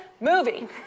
movie